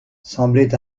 semblait